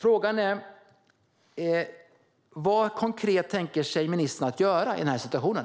Frågan är: Vad tänker sig ministern konkret att göra i den här situationen?